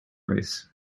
race